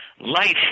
life